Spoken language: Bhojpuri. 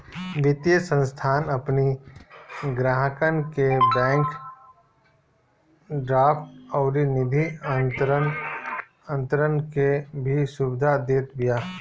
वित्तीय संस्थान अपनी ग्राहकन के बैंक ड्राफ्ट अउरी निधि अंतरण के भी सुविधा देत बिया